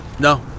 No